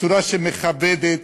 בצורה שמכבדת,